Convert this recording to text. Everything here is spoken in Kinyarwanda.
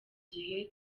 gihe